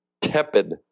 tepid